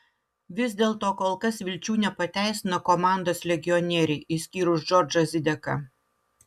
vis dėlto kol kas vilčių nepateisina komandos legionieriai išskyrus džordžą zideką